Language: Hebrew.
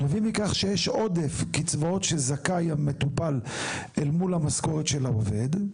מביא לכך שיש עודף קצבאות שזכאי המטופל אל מול המשכורת של העובד.